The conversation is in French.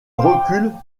recule